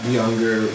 younger